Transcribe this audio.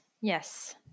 Yes